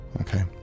Okay